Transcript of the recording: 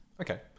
Okay